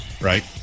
right